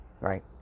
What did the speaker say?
Right